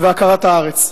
והכרת הארץ.